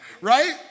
right